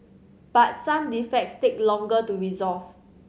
but some defects take longer to resolve